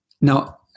now